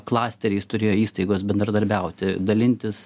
klasteriais turėjo įstaigos bendradarbiauti dalintis